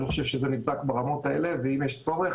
אני לא חושב שזה נבדק ברמות האלה ואם יש צורך,